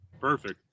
Perfect